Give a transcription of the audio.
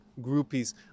groupies